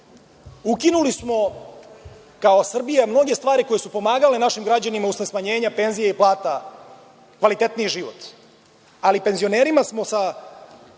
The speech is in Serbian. Ukinuli smo kao Srbija, mnoge stvari koje su pomagale našim građanima usled smanjenja penzija i plata, kvalitetniji život, ali penzionerima smo sa